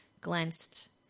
glanced